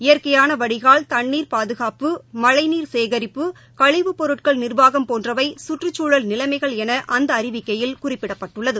இயற்கையானவடிகால் தண்ணீர் பாதுகாப்பு மழைநீர் சேகரிப்பு கழிவுப் பொருட்கள் நிர்வாகம் போன்றவைகற்றுச்சூழல் நிலைமைகள் எனஅந்தஅறிவிக்கையில் குறிப்பிடப்பட்டுள்ளது